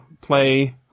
play